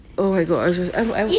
oh my god i~ i~